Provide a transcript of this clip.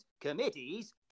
committees